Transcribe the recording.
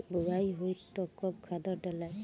बोआई होई तब कब खादार डालाई?